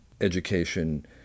education